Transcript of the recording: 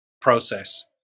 process